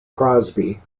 crosby